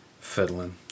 fiddling